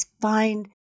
find